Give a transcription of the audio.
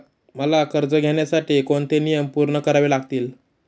मला कर्ज घेण्यासाठी कोणते नियम पूर्ण करावे लागतील?